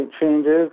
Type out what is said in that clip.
changes